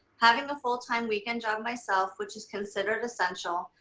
having a full time weekend job myself, which is considered essential,